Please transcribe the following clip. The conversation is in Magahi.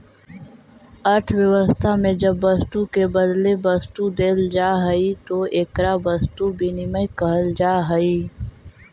अर्थव्यवस्था में जब वस्तु के बदले वस्तु देल जाऽ हई तो एकरा वस्तु विनिमय कहल जा हई